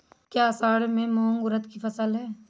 क्या असड़ में मूंग उर्द कि फसल है?